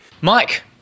Mike